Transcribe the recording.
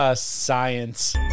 science